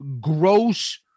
gross